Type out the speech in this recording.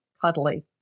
cuddly